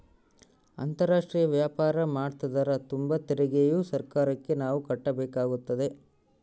ಅಂತಾರಾಷ್ಟ್ರೀಯ ವ್ಯಾಪಾರ ಮಾಡ್ತದರ ತುಂಬ ತೆರಿಗೆಯು ಸರ್ಕಾರಕ್ಕೆ ನಾವು ಕಟ್ಟಬೇಕಾಗುತ್ತದೆ